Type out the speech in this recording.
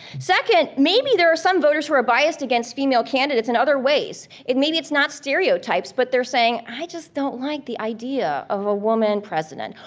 second, maybe there are some voters who are biased against female candidates in other ways. maybe it's not stereotypes, but they're saying, i just don't like the idea of a woman president.